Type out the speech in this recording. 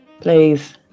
please